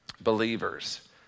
believers